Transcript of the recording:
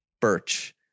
Birch